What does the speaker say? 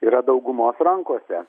yra daugumos rankose